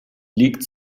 liegt